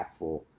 impactful